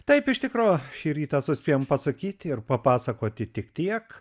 taip iš tikro šį rytą suspėjom pasakyti ir papasakoti tik tiek